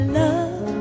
love